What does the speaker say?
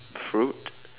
fruit